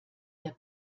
der